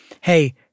Hey